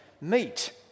meet